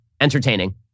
entertaining